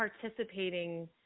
participating